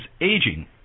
aging